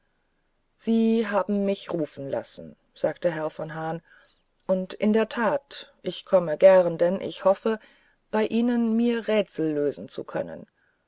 sie haben mich zu sich rufen lassen sagte herr von hahn und in der tat ich komme gern denn ich hoffe bei ihnen mir rätsel lösen zu können